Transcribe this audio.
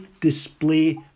display